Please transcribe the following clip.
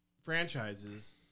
franchises